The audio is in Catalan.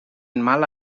mala